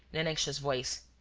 in an anxious voice,